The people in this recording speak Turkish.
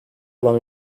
alan